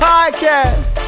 Podcast